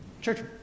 Church